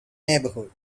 neighborhood